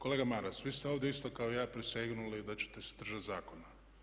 Kolega Maras vi ste ovdje isto kao i ja prisegnuli da ćete se držati zakona.